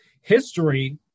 history